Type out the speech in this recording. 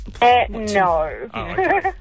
No